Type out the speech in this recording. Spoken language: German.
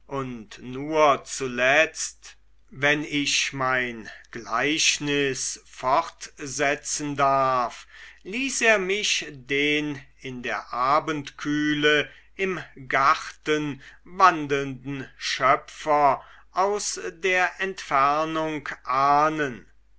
nur zuletzt wenn ich mein gleichnis fortsetzen darf ließ er mich den in der abendkühle im garten wandelnden schöpfer aus der entfernung ahnen